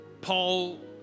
Paul